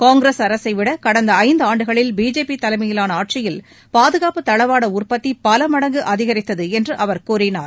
காங்கிரஸ் அரசைவிட கடந்த ஐந்தாண்டுகளில் பிஜேபி தலைமையிலான ஆட்சியில் பாதுகாப்பு தளவாட உற்பத்தி பல மடங்கு அதிகரித்தது என்று அவர் கூறினார்